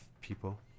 people